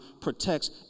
protects